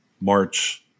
March